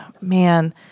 man